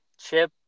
Chip